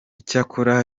icyakora